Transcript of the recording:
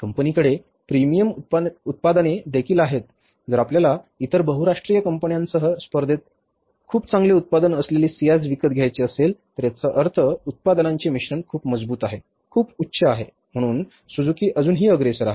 company कडे premium उत्पादने देखील आहेत जर आपल्याला इतर बहुराष्ट्रीय कंपन्यांसह स्पर्धेत खूप चांगले उत्पादन असलेले Ciaz विकत घ्यायचे असेल तर याचा अर्थ उत्पादनांचे मिश्रण खूप मजबूत आहे खूप उच्च आहे म्हणून सुझुकी अजूनही अग्रेसर आहे